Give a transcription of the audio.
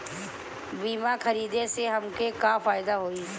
बीमा खरीदे से हमके का फायदा होई?